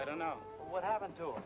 i don't know what happened to